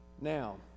Now